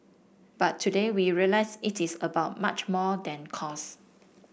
but today we realise it is about much more than cost